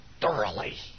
thoroughly